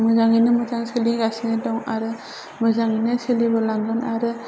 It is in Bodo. मोजाङैनो मोजां सोलिगासिनो दं आरो मोजाङैनो सोलिबोलांगोन आरो